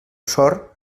sort